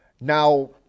Now